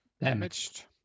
damaged